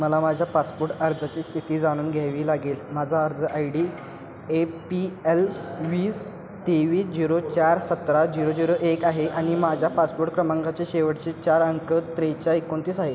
मला माझ्या पासपोर्ट अर्जाची स्थिती जाणून घ्यावी लागेल माझा अर्ज I D A P L वीस तेवीस झिरो चार सतरा झिरो झिरो एक आहे आणि माझ्या पासपोर्ट क्रमांकचे शेवटचे चार अंक त्रेचाळीस एकोणतीस आहे